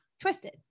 twisted